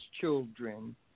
children